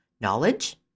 knowledge